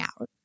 out